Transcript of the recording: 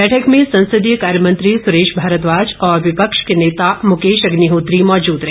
बैठक में संसदीय कार्यमंत्री सुरेश भारद्वाज और विपक्ष के नेता मुकेश अग्निहोत्री मौजूद रहे